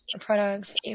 products